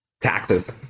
taxes